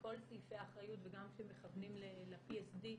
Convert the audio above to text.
כל סעיפי האחריות, וגם כשמכוונים ל-PSD,